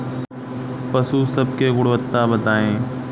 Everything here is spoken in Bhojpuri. पशु सब के गुणवत्ता बताई?